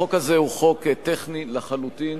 החוק הזה הוא חוק טכני לחלוטין